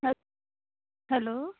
ਹੈ ਹੈਲੋ